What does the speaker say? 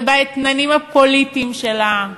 ובאתננים הפוליטיים שלה.